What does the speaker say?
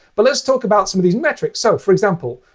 but let's talk about some of these metrics. so, for example,